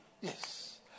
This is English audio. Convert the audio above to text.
Yes